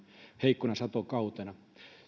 heikkona satokautena